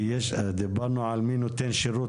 כי דיברנו על מי נותן שירות,